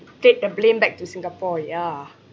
take the blame back to singapore yeah